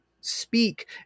speak